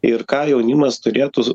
ir ką jaunimas turėtų